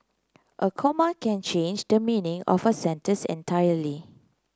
a comma can change the meaning of a sentence entirely